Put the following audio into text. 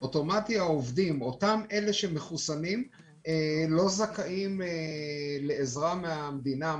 העובדים המחוסנים לא זכאים לעזרה מהמדינה,